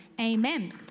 Amen